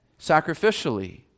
sacrificially